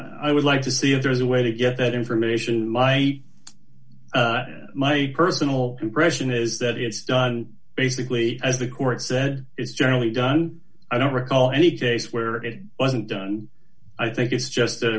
i would like to see if there is a way to get that information my my personal impression is that it's done basically as the court said it's generally done i don't recall any case where it wasn't done i think it's just